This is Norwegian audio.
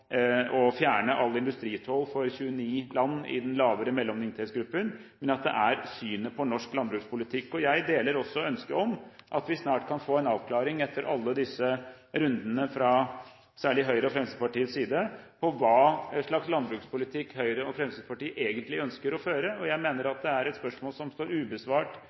å fjerne all industritoll for 29 land i den lavere mellominntektsgruppen – men synet på norsk landbrukspolitikk. Jeg deler også ønsket om at vi snart, etter alle disse rundene, særlig fra Høyres og Fremskrittspartiets side, kan få en avklaring på hva slags landbrukspolitikk Høyre og Fremskrittspartiet egentlig ønsker å føre. Jeg mener at det er et spørsmål som står ubesvart,